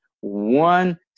one